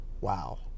wow